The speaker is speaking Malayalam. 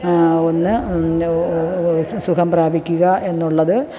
ഒന്ന് സുഖം പ്രാപിക്കുക എന്നുള്ളത്